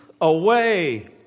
away